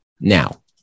Now